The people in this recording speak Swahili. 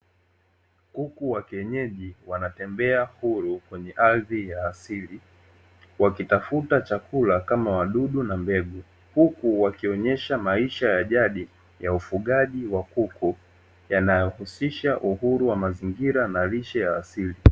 Kuku wa kienyeji wanatembea huru kwenye ardhi ya asili, wakitafuta chakula kama wadudu na mbegu huku, wakionyesha maisha ya jadi ya ufugaji wa kuku yanayohusisha uhuru wa mazingira na lishe yaa asili.